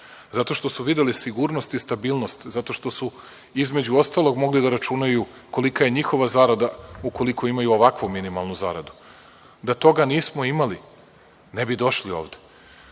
zato što su videli sigurnost i stabilnost, zato što su između ostalog mogli da računaju kolika je njihova zarada ukoliko imaju ovakvu minimalnu zaradu. Da toga nismo imali ne bi došli ovde.